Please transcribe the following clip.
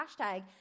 hashtag